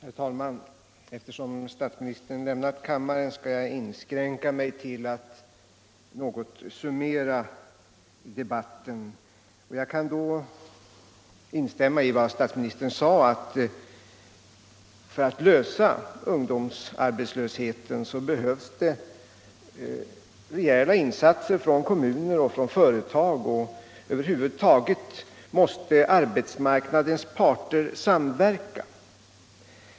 Herr talman! Eftersom statsministern lämnat kammaren skall jag inskränka mig till att något summera debatten. Jag kan instämma i statsministerns yttrande att det för att lösa ungdomsarbetslösheten behövs rejäla insatser från kommuner och från företag. Över huvud taget måste arbetsmarknadens parter samverka.